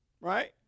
Right